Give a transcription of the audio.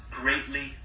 greatly